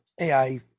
AI